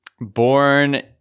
born